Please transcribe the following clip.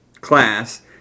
Class